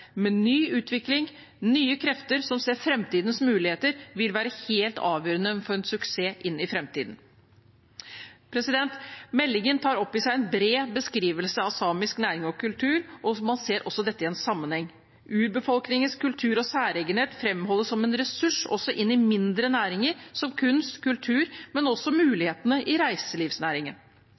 ny utvikling, med nye krefter som ser framtidens muligheter, vil være helt avgjørende for suksess inn i framtiden. Meldingen tar opp i seg en bred beskrivelse av samisk næring og kultur, og man ser også dette i en sammenheng. Urbefolkningens kultur og særegenhet framholdes som en ressurs inn i mindre næringer, som kunst og kultur, men også med tanke på mulighetene i reiselivsnæringen.